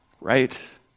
Right